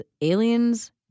aliens